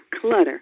Clutter